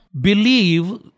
believe